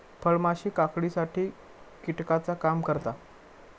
फळमाशी काकडीसाठी कीटकाचा काम करता